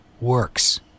Works